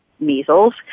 measles